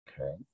okay